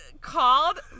Called